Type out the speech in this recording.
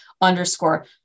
underscore